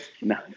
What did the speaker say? no